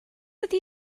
ydy